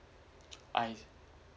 I